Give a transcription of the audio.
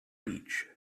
beach